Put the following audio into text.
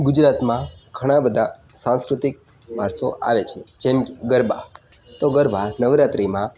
ગુજરાતમાં ઘણા બધા સાંસ્કૃતિક વારસો આવે છે જેમ કે ગરબા તો ગરબા નવરાત્રિમાં